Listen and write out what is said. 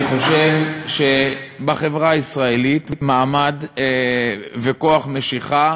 אני חושב שבחברה הישראלית מעמד וכוח משיכה